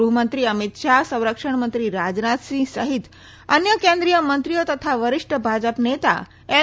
ગૃહમંત્રી અમિત શાહ સંરક્ષણ મંત્રી રાજનાથસિંહ સહિત અન્ય કેન્દ્રીય મંત્રીઓ તથા વરિષ્ઠ ભાજપ નેતા અલ